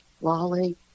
Lolly